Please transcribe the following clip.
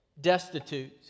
destitute